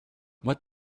what